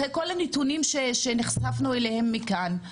אחרי כל הנתונים שנחשפנו אליהם כאן,